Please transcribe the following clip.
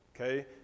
Okay